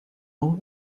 ans